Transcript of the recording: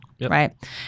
right